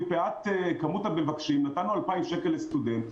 מפאת כמות המבקשים נתנו 2,000 שקל לסטודנט.